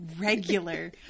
regular